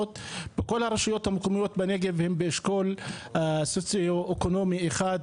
וכל הרשויות המקומיות בנגב הן באשכול סוציו-אקונומי 1,